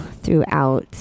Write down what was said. throughout